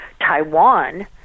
taiwan